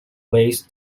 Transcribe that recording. ways